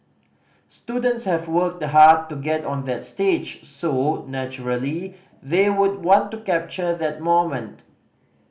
students have worked hard to get on that stage so naturally they would want to capture that moment